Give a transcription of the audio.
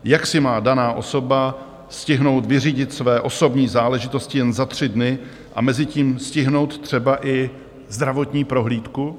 Jak si má daná osoba stihnout vyřídit své osobní záležitosti jen za tři dny a mezitím stihnout třeba i zdravotní prohlídku?